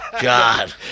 god